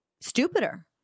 stupider